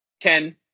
Ten